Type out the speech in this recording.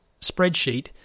spreadsheet